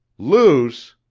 luce.